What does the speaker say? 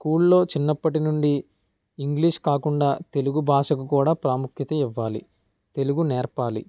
స్కూల్లో చిన్నప్పటి నుండి ఇంగ్లీష్ కాకుండా తెలుగు భాషకు కూడా ప్రాముఖ్యత ఇవ్వాలి తెలుగు నేర్పాలి